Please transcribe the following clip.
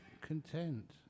content